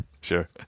sure